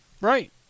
Right